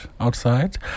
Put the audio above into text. outside